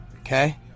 okay